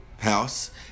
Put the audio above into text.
house